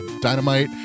Dynamite